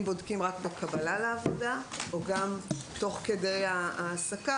בודקים רק בקבלה לעבודה או גם תוך כדי ההעסקה?